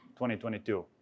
2022